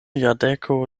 jardeko